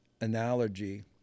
analogy